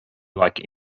like